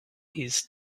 his